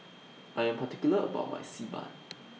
I Am particular about My Xi Ban